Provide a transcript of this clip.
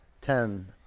ten